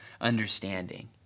understanding